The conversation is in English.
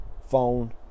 phone